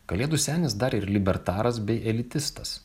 kalėdų senis dar ir libertaras bei elitistas